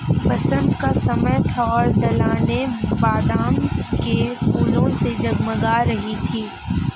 बसंत का समय था और ढलानें बादाम के फूलों से जगमगा रही थीं